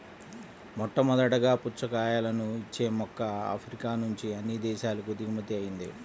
మొట్టమొదటగా పుచ్చకాయలను ఇచ్చే మొక్క ఆఫ్రికా నుంచి అన్ని దేశాలకు దిగుమతి అయ్యింది